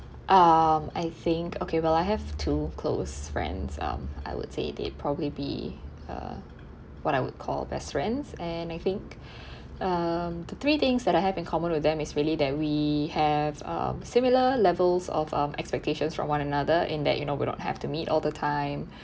um I think okay well I have two close friends um I would say they probably be uh what I would call best friends and I think um the three things that I have in common with them is really that we have um similar levels of uh expectations from one another in that you know we're not going to have meet all the time